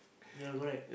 never go right